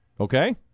Okay